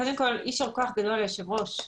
קודם כל, יישר כוח גדול ליושב ראש.